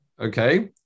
Okay